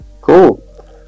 Cool